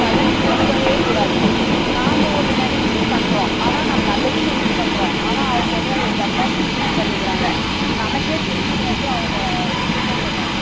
கடன் கொடுக்கவே கூடாது நாம் ஒன்று நினச்சி பண்ணுறோம் ஆனால் நம்ம நல்லது நினச்சி பண்ணுறோம் ஆனால் அவங்க வந்து அது தப்பாக மிஸ்யூஸ் பண்ணிக்கிறாங்க நமக்கே திரும்பின்னு வந்து அவங்க இது பண்ணிடுறாங்க